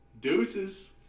Deuces